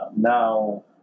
now